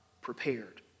prepared